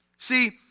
See